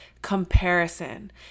comparison